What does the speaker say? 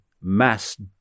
mass